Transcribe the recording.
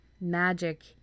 magic